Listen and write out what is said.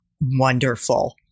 Wonderful